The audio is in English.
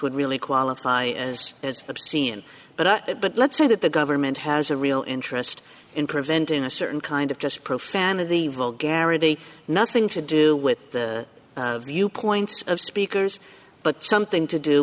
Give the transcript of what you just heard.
would really qualify as as obscene but but let's say that the government has a real interest in preventing a certain kind of just profanity will guarantee nothing to do with the viewpoints of speakers but something to do